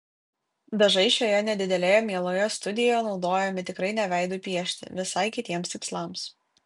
dažai šioje nedidelėje mieloje studijoje naudojami tikrai ne veidui piešti visai kitiems tikslams